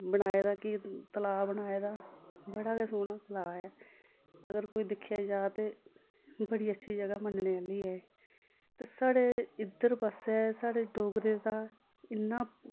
बनाए दा कि तलाऽ बनाए दा बड़ा गै सोह्ना तलाऽ ऐ अगर कोई दिक्खेआ जा ते बड़ी अच्छी जगह मनन्ने आह्ली ऐ एह् ते साढ़े इद्धर पास्सै साढ़े डोगरें दा इन्ना